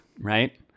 right